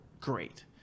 great